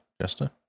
Jester